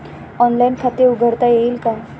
Online खाते उघडता येईल का?